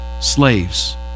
slaves